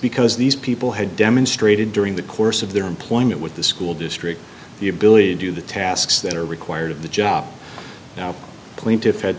because these people had demonstrated during the course of their employment with the school district the ability to do the tasks that are required of the job now plaintiffs had